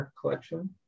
collection